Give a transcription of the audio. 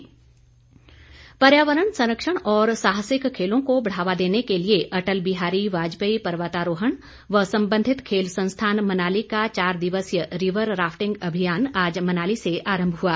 rafting पर्यावरण संरक्षण और साहसिक खेलों को बढ़ावा देने के लिए अटल बिहारी वाजपेयी पर्वतारोहण व संबंधित खेल संस्थान मनाली का चार दिवसीय रीवर राफि्टंग अभियान आज मनाली से आरंभ हुआ